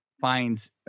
finds